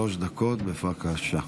שלוש דקות, בבקשה.